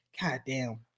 goddamn